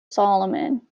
solomon